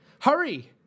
Hurry